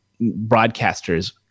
broadcasters